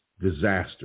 disaster